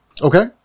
Okay